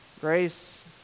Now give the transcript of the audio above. Grace